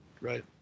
right